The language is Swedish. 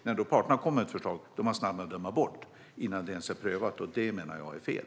När då parterna kommer med ett förslag är man snabb att döma bort det innan det ens är prövat. Det menar jag är fel.